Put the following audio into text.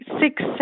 six